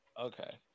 okay